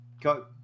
go